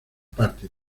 parte